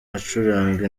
acuranga